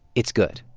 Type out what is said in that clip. it's good.